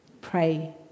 Pray